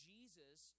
Jesus